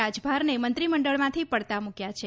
રાજભરને મંત્રીમંડળમાંથી પડતા મૂક્યા છે